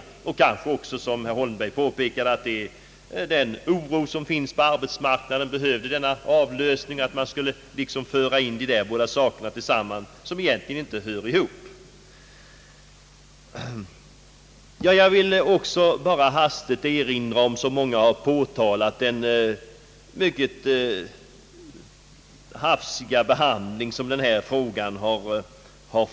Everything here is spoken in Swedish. Det är kanske så, som herr Holmberg påpekade, att den oro som finns på arbetsmarknaden, behövde denna avlösning. Man har alltså här fört ihop två saker som egentligen inte hör samman. Jag vill också hastigt erinra om den av många påtalade mycket hafsiga behandling som denna fråga har fått.